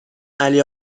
علی